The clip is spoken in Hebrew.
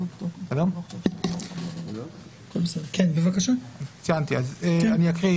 אני אקריא: